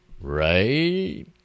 Right